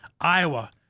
iowa